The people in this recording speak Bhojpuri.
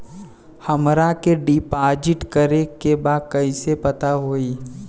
हमरा के डिपाजिट करे के बा कईसे होई?